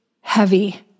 heavy